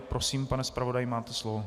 Prosím, pane zpravodaji, máte slovo.